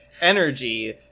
energy